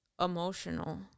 emotional